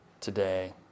today